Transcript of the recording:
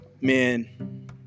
Man